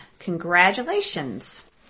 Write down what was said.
Congratulations